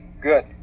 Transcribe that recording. Good